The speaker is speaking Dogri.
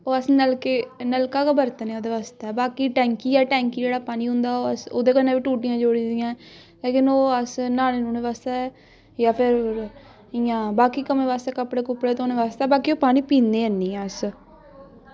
ओह् अस नलके नलका गै बरतने उ'दे बास्तै बाकी टैंकी ऐ टैंकी जेह्ड़ा पानी होंदा ओह् अस उ'दे कन्नै बी टूटियां जोड़ी दियां लेकिन ओह् अस न्हाने न्हुने बास्तै जां फिर इ'यां बाकी कम्में आस्तै कपड़े कुपड़े धोने आस्तै बाकी ओह् पानी पीने हैनी अस